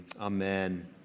Amen